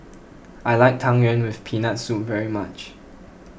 I like Tang Yuen with Peanut Soup very much